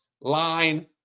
line